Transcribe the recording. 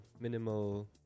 minimal